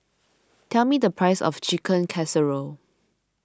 tell me the price of Chicken Casserole